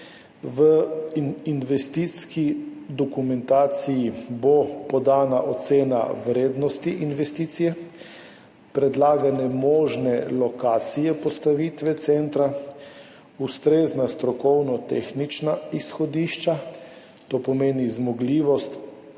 V investicijski dokumentaciji bo podana ocena vrednosti investicije, predlagane možne lokacije postavitve centra, ustrezna strokovno-tehnična izhodišča, to pomeni zmogljivost